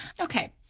Okay